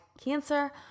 cancer